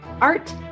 Art